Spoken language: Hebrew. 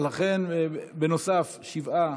ואולי אז נוכל לקדם לפחות משהו קטן בשביל המילואימניקים.